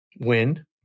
Win